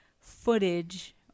footage